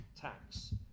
tax